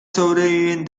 sobreviven